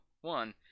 one